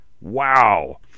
Wow